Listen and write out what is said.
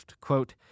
Quote